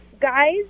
guys